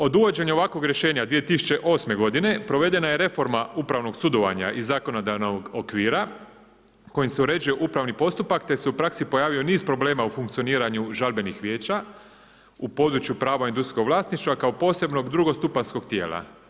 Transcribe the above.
Od uvođenja ovakvog rješenja 2008. godine, provedena je reforma upravnog sudovanja i zakonodavnog okvira kojim se uređuje upravni postupak, te se u praksi pojavio niz problema u funkcioniranju žalbenih vijeća u području prava industrijskog vlasništva kao posebnog drugostupanjskog tijela.